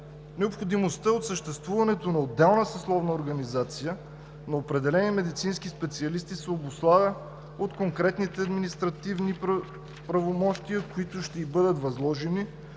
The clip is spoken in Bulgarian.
Необходимостта от съществуването на отделна съсловна организация на определени медицински специалисти се обуславя: от конкретните административни правомощия, които ще ѝ бъдат възложени;